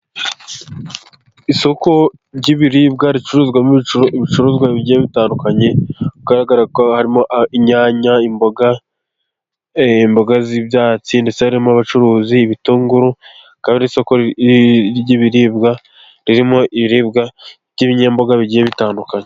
Isoko ry'ibiribwa ricuruzwamo ibicuruzwa bitandukanye bigaragara, harimo inyanya, imboga, imboga z'ibyatsi, ndetse harimo abacuruzi, ibitunguru, kandi isoko ry'ibiribwa ririmo ibiribwa by'ibinyamboga bigiye bitandukanye.